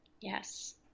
yes